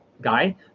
guy